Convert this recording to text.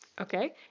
Okay